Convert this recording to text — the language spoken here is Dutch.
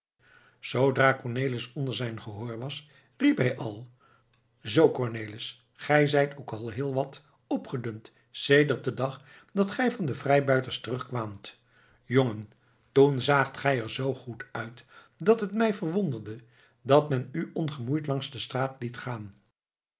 zoodra cornelis onder zijn gehoor was riep hij al zoo cornelis gij zijt ook al heel wat opgedund sedert den dag dat gij van de vrijbuiters terugkwaamt jongen toen zaagt gij er z goed uit dat het mij verwonderde dat men u ongemoeid langs de straat liet gaan